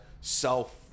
self